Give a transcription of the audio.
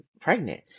pregnant